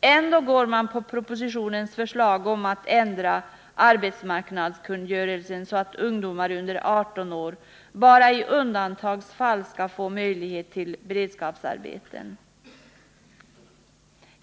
Ändå ansluter man sig till propositionens förslag om att ändra arbetsmarknadskungörelsen så att ungdomar under 18 år bara i undantagsfall skall få möjlighet till beredskapsarbete.